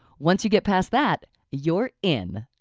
once you get past that you're in.